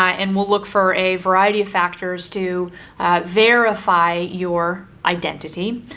ah and we'll look for a variety of factors to verify your identity.